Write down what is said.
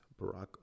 Barack